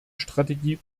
strategie